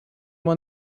won